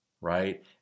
right